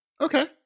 Okay